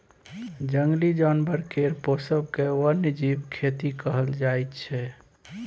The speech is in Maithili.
जंगली जानबर केर पोसब केँ बन्यजीब खेती कहल जाइ छै